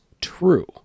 true